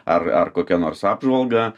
ar ar kokią nors apžvalgą